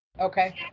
Okay